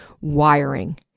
wiring